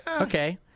Okay